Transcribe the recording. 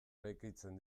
eraikitzen